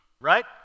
right